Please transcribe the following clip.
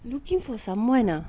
looking for someone ah